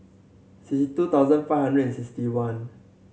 sixty two thousand five hundred sixty one